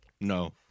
no